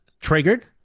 triggered